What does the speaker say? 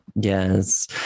Yes